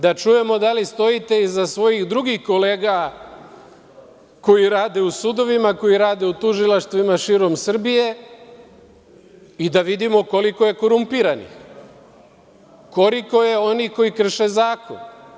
Da čujemo da li stojite iza svojih drugih kolega koji rade u sudovima, koji rade u tužilaštvima širom Srbije i da vidimo koliko je korumpiranih, koliko je onih koji krše zakon?